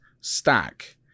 Stack